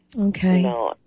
Okay